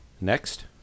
Next